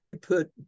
put